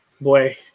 Boy